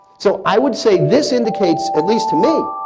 so i would say this indicates, at least to me,